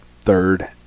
third